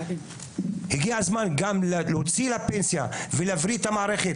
הגיע הזמן גם להוציא לפנסיה ולהבריא את המערכת